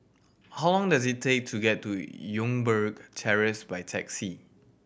how long does it take to get to Youngberg Terrace by taxi